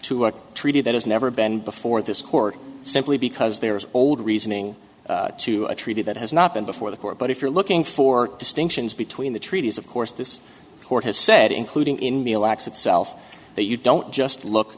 to a treaty that has never been before this court simply because there is old reasoning to a treaty that has not been before the court but if you're looking for distinctions between the treaties of course this court has said including in the lax itself that you don't just look